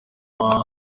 power